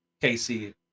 Casey